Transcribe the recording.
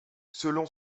selon